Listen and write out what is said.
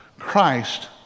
Christ